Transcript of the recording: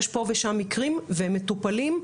יש פה ושם מקרים והם מטופלים,